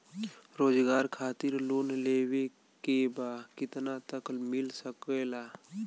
रोजगार खातिर लोन लेवेके बा कितना तक मिल सकेला?